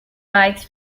bikes